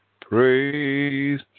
praise